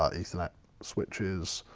ah ethernet switches,